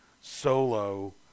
solo